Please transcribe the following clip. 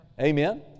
Amen